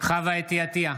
חוה אתי עטייה,